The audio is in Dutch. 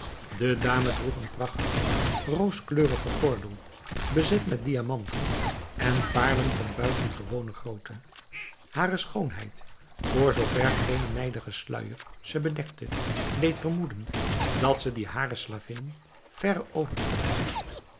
de dame droeg een prachtigen rooskleurige gordel bezet met diamanten en paarlen van buitengewone grootte hare schoonheid voor zoo ver geen nijdige sluijer ze bedekte deed vermoeden dat ze die harer slavinnen verre overtreffen moest